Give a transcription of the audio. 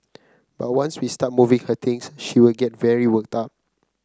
but once we start moving her things she will get very worked up